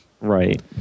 right